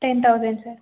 ten thousand sir